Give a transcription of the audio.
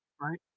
Right